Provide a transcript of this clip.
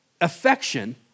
affection